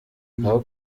aho